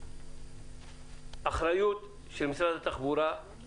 אחריות משרד התחבורה היא